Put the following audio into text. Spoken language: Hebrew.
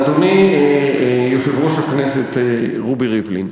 אדוני יושב-ראש הכנסת רובי ריבלין,